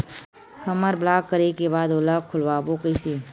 हमर ब्लॉक करे के बाद ओला खोलवाबो कइसे?